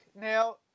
Now